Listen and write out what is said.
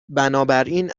بنابراین